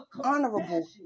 honorable